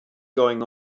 going